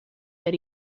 that